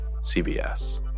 CBS